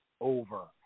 over